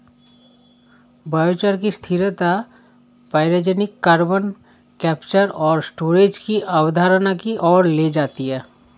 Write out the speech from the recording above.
biochar की स्थिरता pyrogenic carbon capture और स्टोरेज की अवधारणा की ओर ले जाती है